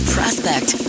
Prospect